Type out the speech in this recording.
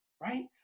right